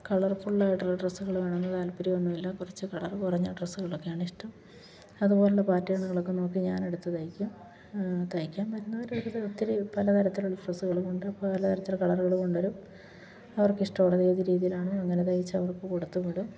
colourful ആയിട്ടുള്ള ഡ്രസ്സുകള് വേണമെന്ന് താല്പര്യമൊന്നും ഇല്ല കുറച്ച് കളറ് കുറഞ്ഞ ഡ്രസ്സുകളൊക്കെയാണിഷ്ടം അതുപോലുള്ള പാറ്റേണുകളൊക്കെ നോക്കി ഞാനെടുത്ത് തയ്ക്കും തയ്ക്കാൻ വരുന്നവരുടെ അടുത്ത് ഒത്തിരി പലതരത്തിലുള്ള ഡ്രസ്സുകൾ കൊണ്ട് പലതരത്തിലുള്ള കളറുകൾ കൊണ്ടുവരും അവർക്കിഷ്ടമുള്ളത് ഏത് രീതിയിലാണോ അങ്ങനെ തയ്ച്ച് അവർക്ക് കൊടുത്ത് വിടും